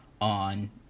on